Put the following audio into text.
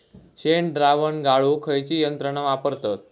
शेणद्रावण गाळूक खयची यंत्रणा वापरतत?